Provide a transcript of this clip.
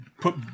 put